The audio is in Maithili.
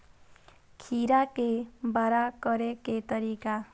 खीरा के बड़ा करे के तरीका?